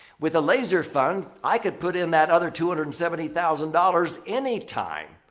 with a laser fund, i could put in that other two hundred and seventy thousand dollars anytime.